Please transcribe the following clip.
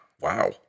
wow